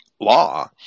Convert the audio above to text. law